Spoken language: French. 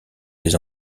des